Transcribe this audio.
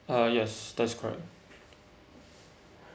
uh yes that's correct